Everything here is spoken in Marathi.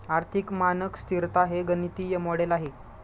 आर्थिक मानक स्तिरता हे गणितीय मॉडेल आहे